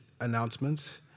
announcements